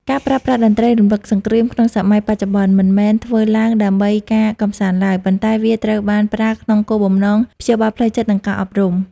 ការប្រើប្រាស់តន្ត្រីរំលឹកសង្គ្រាមក្នុងសម័យបច្ចុប្បន្ន មិនមែនធ្វើឡើងដើម្បីការកម្សាន្តឡើយ ប៉ុន្តែវាត្រូវបានប្រើក្នុងគោលបំណងព្យាបាលផ្លូវចិត្ត និងការអប់រំ។